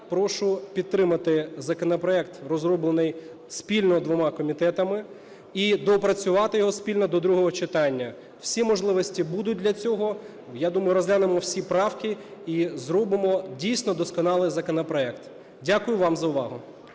прошу підтримати законопроект, розроблений спільно двома комітетами і доопрацювати його спільно до другого читання. Всі можливості будуть для цього, я думаю, розглянемо всі правки і зробимо, дійсно, досконалий законопроект. Дякую вам за увагу.